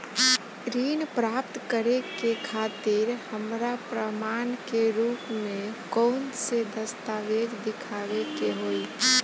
ऋण प्राप्त करे के खातिर हमरा प्रमाण के रूप में कउन से दस्तावेज़ दिखावे के होइ?